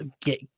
get